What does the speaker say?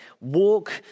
walk